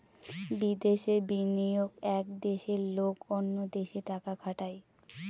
বিদেশে বিনিয়োগ এক দেশের লোক অন্য দেশে টাকা খাটায়